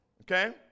Okay